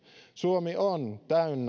suomi on täynnä